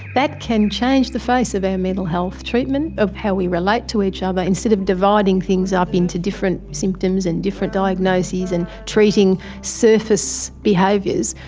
that can change the face of our mental health treatment, of how we relate to each other. ah but instead of dividing things up into different symptoms and different diagnoses and treating surface behaviours,